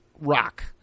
rock